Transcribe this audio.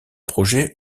projets